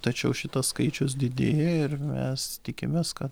tačiau šitas skaičius didėja ir mes tikimės ka